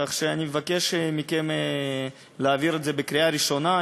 לכן אני מבקש מכם להעביר את זה בקריאה ראשונה.